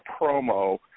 promo